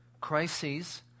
crises